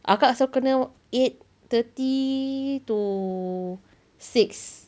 kakak selalu kena eight thirty to six